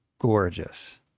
gorgeous